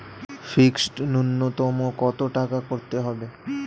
Fixed নুন্যতম কত টাকা করতে হবে?